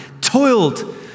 toiled